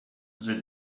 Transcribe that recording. the